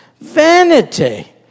vanity